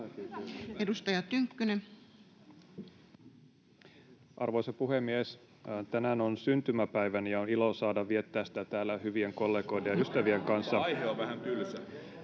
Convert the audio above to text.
11:00 Content: Arvoisa puhemies! Tänään on syntymäpäiväni, ja on ilo saada viettää sitä täällä hyvien kollegoiden ja ystävien kanssa. [Onnentoivotuksia